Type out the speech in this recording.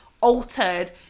altered